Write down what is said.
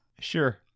Sure